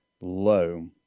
Low